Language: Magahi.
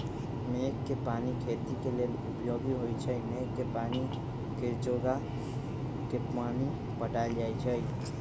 मेघ कें पानी खेती लेल उपयोगी होइ छइ मेघ के पानी के जोगा के पानि पटायल जाइ छइ